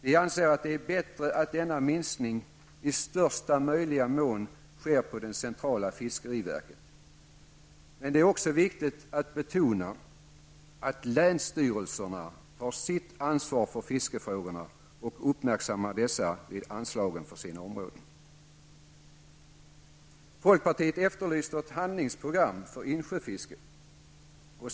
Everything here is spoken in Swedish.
Vi anser att det är bättre att denna minskning i största möjliga mån sker på det centrala fiskeriverket. Men det är också viktigt att betona att länsstyrelserna tar sitt ansvar för fiskefrågorna och uppmärksammar dessa vid anslagen för sina områden. Folkpartiet efterlyste ett handlingsprogram för insjöfisket.